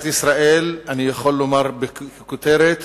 אני יכול לומר ככותרת